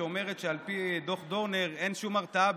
שאומרת שעל פי דוח דורנר אין שום הרתעה